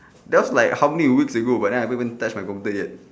that was like how many weeks ago but then I haven't even touch my computer yet